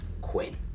Quinn